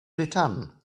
return